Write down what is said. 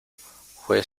fué